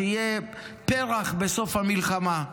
שיהיה פרח בסוף המלחמה.